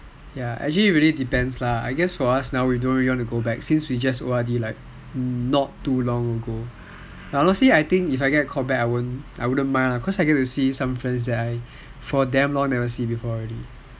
ya actually really depends lah I guess for now we don't really want to go back since we just O_R_D like not too long ago actually for me I think if I get called back I wouldn't mind lah cause I get to see some friends I damn long never get to see already